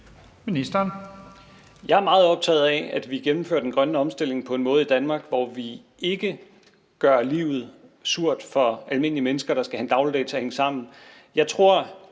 Jeg er meget optaget af, at vi gennemfører den grønne omstilling i Danmark på en måde, som ikke gør livet surt for almindelige mennesker, der skal have en dagligdag til at hænge sammen.